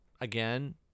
again